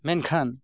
ᱢᱮᱱᱠᱷᱟᱱ